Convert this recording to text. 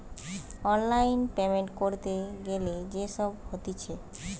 online payment ক্যরতে গ্যালে যে সব হতিছে